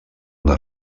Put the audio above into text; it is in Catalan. una